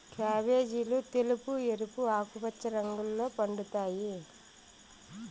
క్యాబేజీలు తెలుపు, ఎరుపు, ఆకుపచ్చ రంగుల్లో పండుతాయి